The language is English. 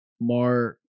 Mark